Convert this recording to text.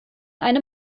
eine